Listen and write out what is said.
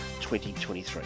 2023